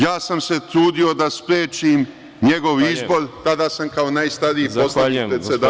Ja sam se trudio da sprečim njegov izbor, tada sam kao najstariji poslanik predsedavao.